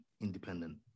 independent